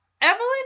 Evelyn